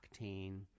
octane